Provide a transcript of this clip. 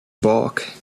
bulk